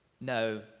No